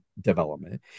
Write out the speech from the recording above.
development